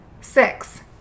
six